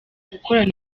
gukorana